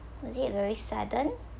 was it very sudden